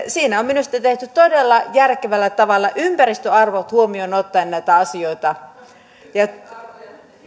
siinä on minusta tehty todella järkevällä tavalla ympäristöarvot huomioon ottaen näitä asioita